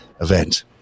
event